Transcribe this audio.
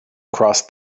cross